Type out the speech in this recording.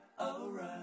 alright